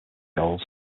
goals